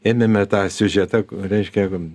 ėmėme tą siužetą reiškia